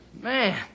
Man